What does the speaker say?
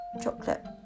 chocolate